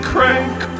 Crank